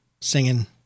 singing